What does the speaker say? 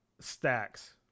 stacks